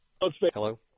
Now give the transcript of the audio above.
Hello